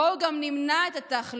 בואו גם נמנע את התחלואה,